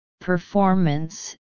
performance